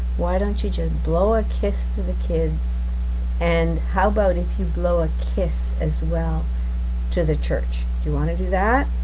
why don't teach a blow a kiss to the kids and how about if you blow a kiss as well to the church? do you wanna do that?